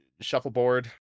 Shuffleboard